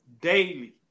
daily